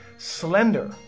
Slender